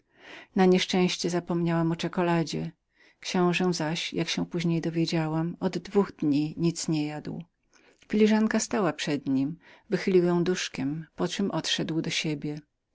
na nieszczęście zapomniałam o czekuladzie książe zaś jak się później dowiedziałam od dwóch dni nic nie jadł filiżanka stała przed nim porwał ją i wychylił duszkiem poczem odszedł do